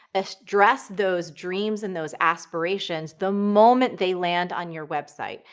ah address those dreams and those aspirations the moment they land on your website.